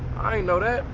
i ain't know that,